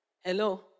Hello